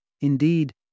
Indeed